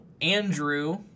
Andrew